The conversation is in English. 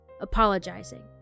apologizing